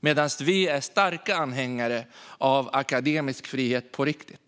Liberalerna är starka anhängare av akademisk frihet på riktigt.